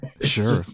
Sure